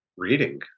reading